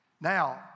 Now